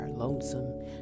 lonesome